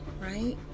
right